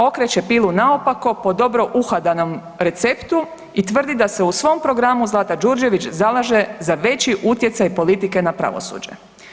Okreće pilu naopako po dobro uhodanom receptu i tvrdi da se u svom programu Zlata Đurđević zalaže za veći utjecaj politike na pravosuđe.